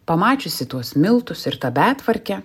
pamačiusi tuos miltus ir tą betvarkę